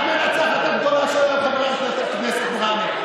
את המנצחת הגדולה, חברת הכנסת מראענה.